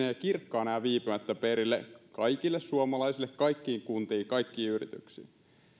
kirkkaana ja viipymättä perille kaikille suomalaisille kaikkiin kuntiin kaikkiin yrityksiin